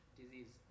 disease